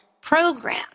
Program